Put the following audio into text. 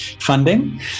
funding